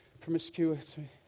promiscuity